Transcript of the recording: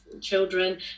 children